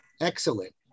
excellent